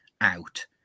out